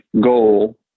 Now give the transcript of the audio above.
goal